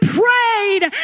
prayed